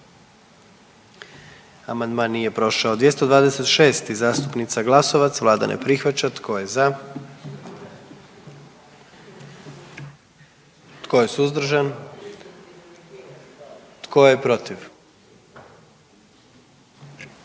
dio zakona. 44. Kluba zastupnika SDP-a, vlada ne prihvaća. Tko je za? Tko je suzdržan? Tko je protiv?